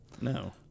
No